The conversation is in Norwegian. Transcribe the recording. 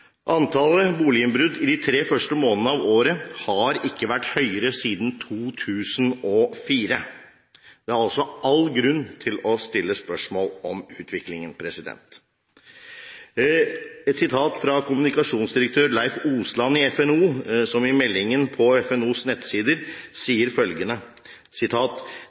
Antallet boliginnbrudd i de tre første månedene av året har ikke vært høyere siden 2004. Det er altså all grunn til å stille spørsmål om utviklingen. Kommunikasjonsdirektør Leif Osland i FNO sier i en artikkel på FNOs nettsider følgende: